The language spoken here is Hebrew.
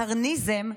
הקרניזם,